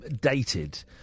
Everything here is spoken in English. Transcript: dated